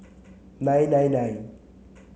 nine nine nine